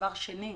דבר שני,